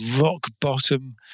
rock-bottom